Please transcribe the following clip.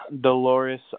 Dolores